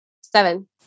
Seven